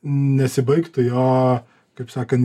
nesibaigtų jo kaip sakan